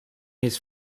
his